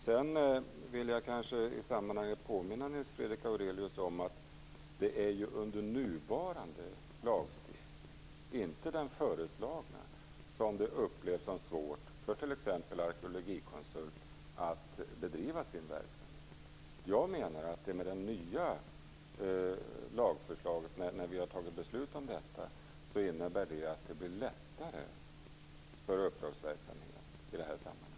Sedan vill jag i sammanhanget påminna Nils Fredrik Aurelius om att det är under den nuvarande lagstiftningen, inte under den föreslagna, som t.ex. Arkeologikonsult upplever det som svårt att bedriva sin verksamhet. Jag menar att det nya lagförslaget - när vi har fattat beslut om det - innebär att det blir lättare för uppdragsverksamhet i det här sammanhanget.